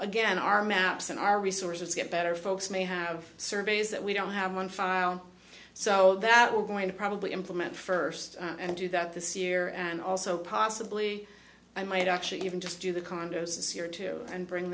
again our maps and our resources get better folks may have surveys that we don't have one file so that we're going to probably implement first and do that this year and also possibly i might actually even just do the condos this year too and bring